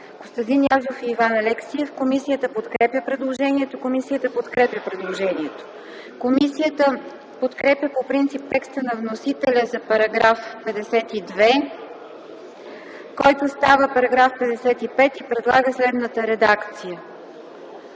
Костадин Язов и Иван Алексиев. Комисията подкрепя предложението. Комисията подкрепя по принцип текста на вносителя за § 52, който става § 55, и предлага следната редакция: